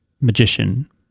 magician